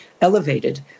elevated